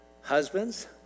Husbands